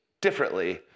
differently